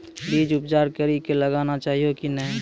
बीज उपचार कड़ी कऽ लगाना चाहिए कि नैय?